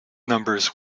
numbers